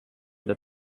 the